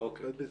אולי בזום.